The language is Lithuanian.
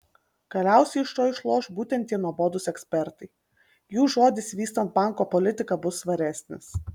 galiausiai iš to išloš būtent tie nuobodūs ekspertai jų žodis vystant banko politiką bus svaresnis